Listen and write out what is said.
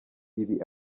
ibi